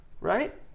right